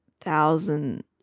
thousand